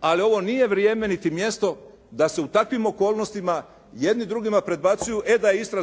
Ali ovo nije vrijeme niti mjesto da se u takvim okolnostima jedni drugima predbacuju e da je Istra